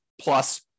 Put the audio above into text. plus